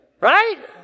Right